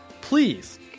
Please